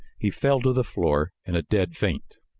he fell to the floor in a dead faint.